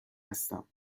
هستم